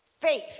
Faith